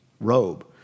robe